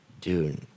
dude